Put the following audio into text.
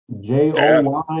joy